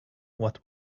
what